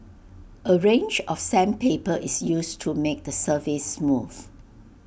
A range of sandpaper is used to make the surface smooth